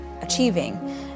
achieving